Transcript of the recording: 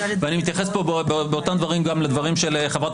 ואני מתייחס באותם דברים גם לדברים של חברת